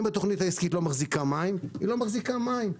אם התוכנית העסקית לא מחזיקה מים אז היא לא מחזיקה מים.